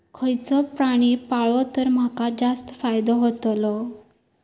खयचो प्राणी पाळलो तर माका जास्त फायदो होतोलो?